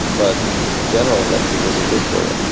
but in general, vegetables are good for you.